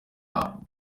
aho